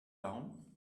down